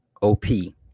OP